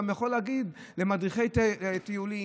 הוא גם יכול להגיד למדריכי טיולים,